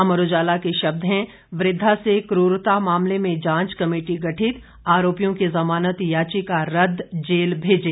अमर उजाला के शब्द हैं वृद्धा से कूरता मामले में जांच कमेटी गठित आरोपियों की जमानत याचिका रद्द जेल भेजे